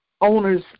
owners